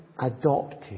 adopted